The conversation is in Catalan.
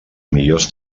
millors